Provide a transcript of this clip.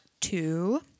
two